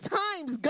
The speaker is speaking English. times